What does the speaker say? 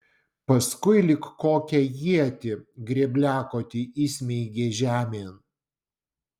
paskui lyg kokią ietį grėbliakotį įsmeigė žemėn